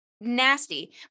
nasty